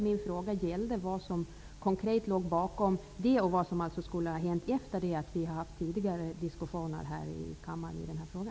Min fråga gällde vad som konkret låg bakom detta och vad som skulle ha hänt efter det att vi fört diskussioner här i kammaren i denna fråga.